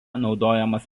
naudojamas